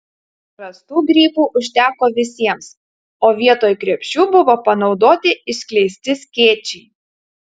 rastų grybų užteko visiems o vietoj krepšių buvo panaudoti išskleisti skėčiai